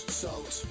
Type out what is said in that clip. salt